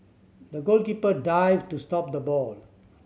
the goalkeeper dived to stop the ball